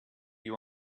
you